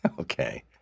Okay